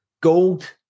gold